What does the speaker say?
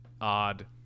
odd